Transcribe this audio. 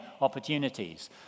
opportunities